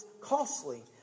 costly